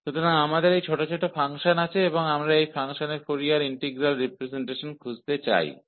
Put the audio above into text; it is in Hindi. तो हमारे पास पिसवाइज कंटिन्युअस फंक्शन है और हम इसका फोरियर इंटीग्रल रिप्रजेंटेशन पता करना चाहते है